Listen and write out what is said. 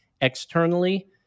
externally